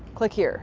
click here.